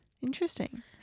Interesting